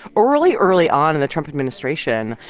early, early on in the trump administration,